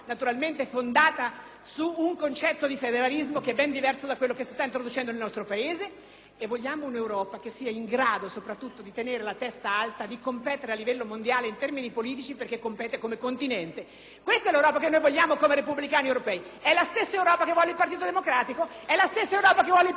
Vogliamo un'Europa che sia in grado di tenere la testa alta, di competere a livello mondiale in termini politici, perché compete come continente. Questa è l'Europa che vogliamo come Repubblicani Europei. È la stessa Europa che vuole il Partito Democratico? È la stessa Europa che vuole il partito di Berlusconi? Non lo so. Voglio poter dire la mia e voglio che il popolo italiano ascolti anche una voce divergente.